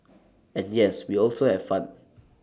and yes we also have fun